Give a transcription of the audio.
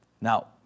now